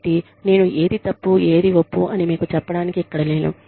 కాబట్టి నేను ఏది తప్పు ఏది ఒప్పు అని మీకు చెప్పడానికి ఇక్కడ లేను